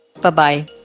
bye-bye